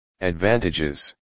Advantages